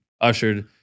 ushered